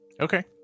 Okay